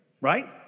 Right